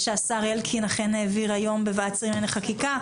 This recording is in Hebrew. שהשר אלקין אכן העביר היום בוועדת השרים לחקיקה,